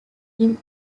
him